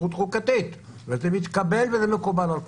כזכות חוקתית, וזה התקבל, וזה מקובל על כולנו.